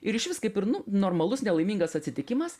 ir išvis kaip ir nu normalus nelaimingas atsitikimas